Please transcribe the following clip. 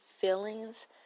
feelings